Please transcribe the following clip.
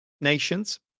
nations